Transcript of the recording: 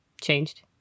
changed